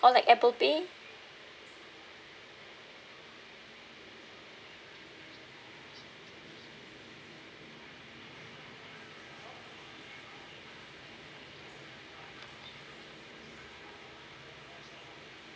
or like Apple Pay